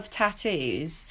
tattoos